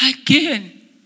again